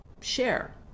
share